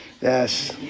Yes